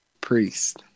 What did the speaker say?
Priest